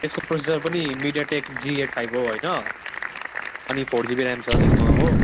त्यसको प्रोसेसर पनि MediaTek G eight five हो होइन अनि फोर जिबी ऱ्याम छ त्यसमा हो